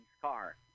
car